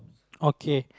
okay